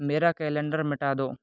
मेरा कैलेंडर मिटा दो